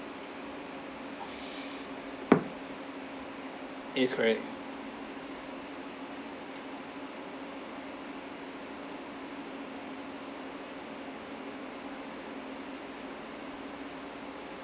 yes correct